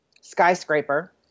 skyscraper